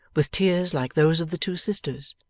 with tears like those of the two sisters?